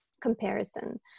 comparison